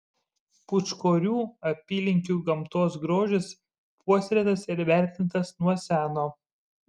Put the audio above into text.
pūčkorių apylinkių gamtos grožis puoselėtas ir vertintas nuo seno